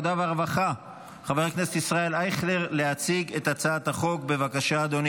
קובע כי הצעת חוק עדכון